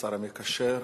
השר המקשר,